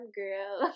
girl